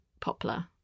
poplar